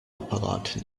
apparat